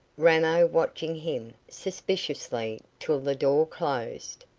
ramo watching him suspiciously till the door closed.